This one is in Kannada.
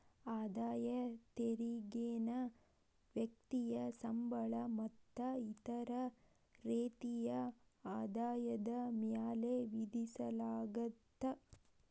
ಆದಾಯ ತೆರಿಗೆನ ವ್ಯಕ್ತಿಯ ಸಂಬಳ ಮತ್ತ ಇತರ ರೇತಿಯ ಆದಾಯದ ಮ್ಯಾಲೆ ವಿಧಿಸಲಾಗತ್ತ